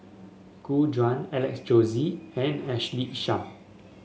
Gu Juan Alex Josey and Ashley Isham